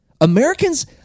Americans